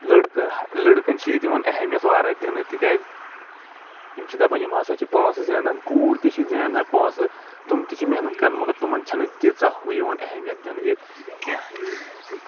لٔڑکہٕ لٔڑکَن چھ ییٚتہِ یِوان اہمیت واریاہ دِنہٕ تِکیٛازِ یِم چھ دپان یِم ہسا چھ پونٛسہٕ زینان کوٗر تہِ چھ زینان پونٛسہٕ تِم تہِ چھ محنت کران مگر تِمن چھنہٕ تیٖژاہ ہُہ یِوان اہمیت دِنہٕ ییٚتہِ کیٚنٛہہ